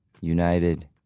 United